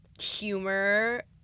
humor